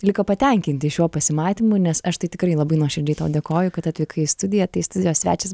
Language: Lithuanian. liko patenkinti šiuo pasimatymu nes aš tai tikrai labai nuoširdžiai tau dėkoju kad atvykai į studiją tai studijos svečias